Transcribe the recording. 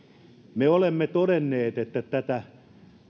me olemme todenneet että tätä